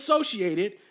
associated